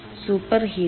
super heater